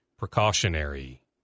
Precautionary